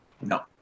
No